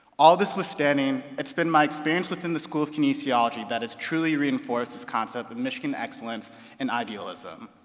all this withstanding, it's been my experience within the school of kinesiology that is truly reinforced this concept of michigan excellence and idealism.